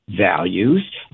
values